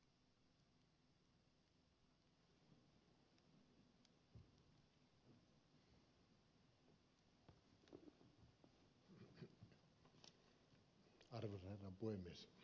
arvoisa herra puhemies